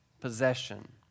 possession